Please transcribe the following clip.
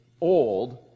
old